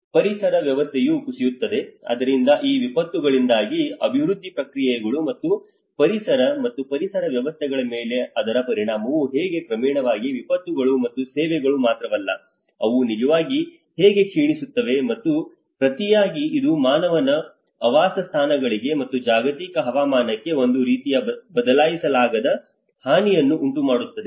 ಪರಿಸರ ವ್ಯವಸ್ಥೆಯು ಕುಸಿಯುತ್ತದೆ ಆದ್ದರಿಂದ ಈ ವಿಪತ್ತುಗಳಿಂದಾಗಿ ಅಭಿವೃದ್ಧಿ ಪ್ರಕ್ರಿಯೆಗಳು ಮತ್ತು ಪರಿಸರ ಮತ್ತು ಪರಿಸರ ವ್ಯವಸ್ಥೆಗಳ ಮೇಲೆ ಅದರ ಪರಿಣಾಮವು ಹೇಗೆ ಕ್ರಮೇಣವಾಗಿ ವಿಪತ್ತುಗಳು ಮತ್ತು ಸೇವೆಗಳು ಮಾತ್ರವಲ್ಲ ಅವು ನಿಜವಾಗಿ ಹೇಗೆ ಕ್ಷೀಣಿಸುತ್ತವೆ ಮತ್ತು ಪ್ರತಿಯಾಗಿ ಇದು ಮಾನವನ ಆವಾಸಸ್ಥಾನಗಳಿಗೆ ಮತ್ತು ಜಾಗತಿಕ ಹವಾಮಾನಕ್ಕೆ ಒಂದು ರೀತಿಯ ಬದಲಾಯಿಸಲಾಗದ ಹಾನಿಯನ್ನು ಉಂಟುಮಾಡುತ್ತದೆ